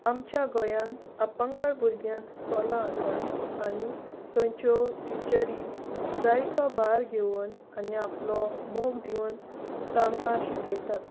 आमच्या गोंयान अपंगळ भुरग्यांक स्कोलां आसात आनी थंयच्यो टिचरी जायतो भार घेवन आनी आपलो मोग दिवन तांकां शिकयतात